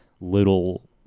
little